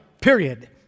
period